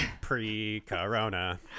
pre-corona